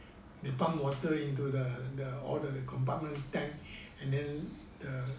they pump water into the the all the the compartment tank and then the